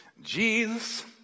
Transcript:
Jesus